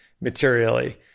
materially